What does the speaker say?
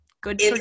good